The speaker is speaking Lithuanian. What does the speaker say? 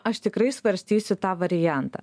aš tikrai svarstysiu tą variantą